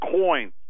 coins